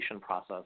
process